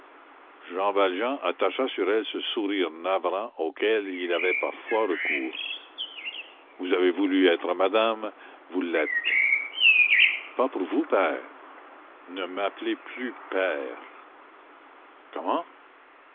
jean valjean attacha sur elle ce sourire navrant auquel il avait parfois recours vous avez voulu être madame vous l'êtes pas pour vous père ne m'appelez plus père comment